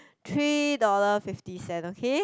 three dollar fifty cent okay